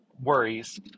worries